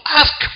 ask